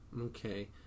Okay